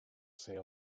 sehr